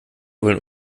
wollen